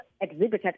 exhibited